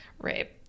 Right